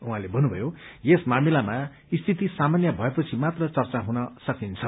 उहाँले भन्नुभयो यस मामिलामा स्थिति सामान्य भएपछि मात्र चर्चा हुन सकिन्छ